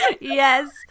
Yes